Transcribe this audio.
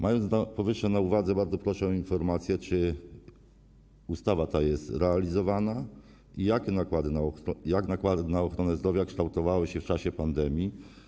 Mając powyższe na uwadze, bardzo proszę o informację, czy ustawa ta jest realizowana i jak nakłady na ochronę zdrowia kształtowały się w czasie pandemii.